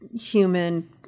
human